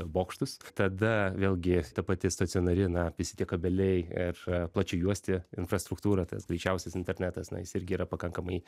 bokštus tada vėlgi ta pati stacionari na visi tie kabeliai ar plačiaujuostė infrastruktūra tas greičiausias internetas na jis irgi yra pakankamai